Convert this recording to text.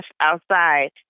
outside